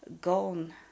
gone